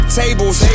tables